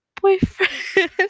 boyfriend